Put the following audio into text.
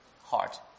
heart